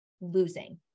losing